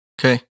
Okay